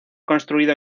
construido